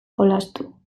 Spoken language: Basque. jolastu